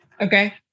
okay